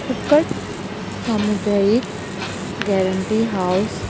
फुकट समुदायीक गॅरंटी हावस